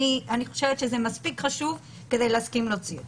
אני חושבת שזה מספיק חשוב כדי להסכים להוציא אותו.